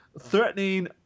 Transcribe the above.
threatening